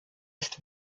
ist